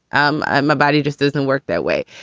um ah my body just doesn't work that way.